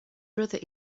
brother